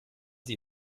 sie